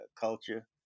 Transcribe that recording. culture